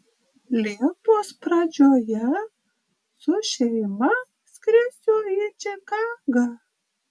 liepos pradžioje su šeima skrisiu į čikagą